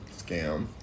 scam